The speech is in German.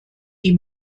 die